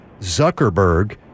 Zuckerberg